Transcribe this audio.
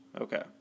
okay